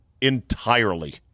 entirely